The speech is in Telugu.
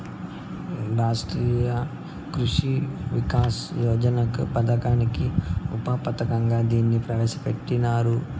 రాష్ట్రీయ కృషి వికాస్ యోజన పథకానికి ఉప పథకంగా దీన్ని ప్రవేశ పెట్టినారు